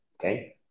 okay